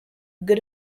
good